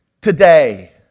today